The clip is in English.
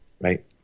right